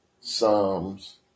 Psalms